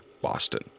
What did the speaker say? Boston